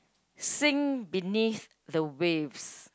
sink beneath the waves